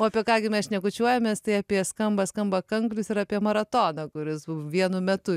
o apie ką gi mes šnekučiuojamės tai apie skamba skamba kanklius ir apie maratoną kuris vienu metu